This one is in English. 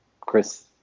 Chris